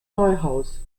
neuhaus